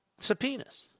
Subpoenas